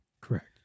Correct